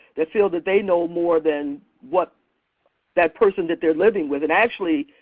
that feel that they know more than what that person that they're living with. and actually,